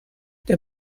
der